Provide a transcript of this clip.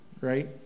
right